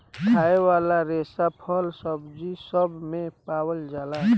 खाए वाला रेसा फल, सब्जी सब मे पावल जाला